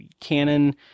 canon